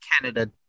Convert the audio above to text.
Canada